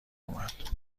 اومد